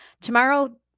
Tomorrow